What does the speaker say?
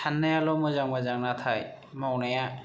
साननायाल' मोजां मोजां नाथाय मावनाया